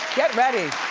get ready.